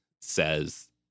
says